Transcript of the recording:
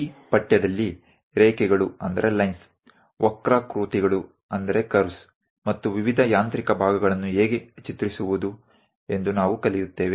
ಈ ಪಠ್ಯದಲ್ಲಿ ರೇಖೆಗಳು ವಕ್ರಾಕೃತಿಗಳು ಮತ್ತು ವಿವಿಧ ಯಾಂತ್ರಿಕ ಭಾಗಗಳನ್ನು ಹೇಗೆ ಚಿತ್ರಿಸುವುದು ಎಂದು ನಾವು ಕಲಿಯುತ್ತೇವೆ